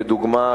לדוגמה,